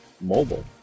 mobile